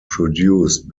produced